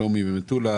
שלומי ומטולה